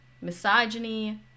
misogyny